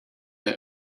with